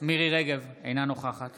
מירי מרים רגב, אינה נוכחת